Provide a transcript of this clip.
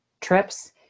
trips